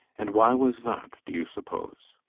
and why was that, do you suppose?